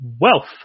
wealth